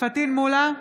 פטין מולא,